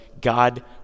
God